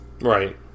Right